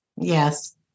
yes